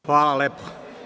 Hvala lepo.